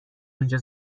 اونجا